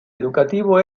educativo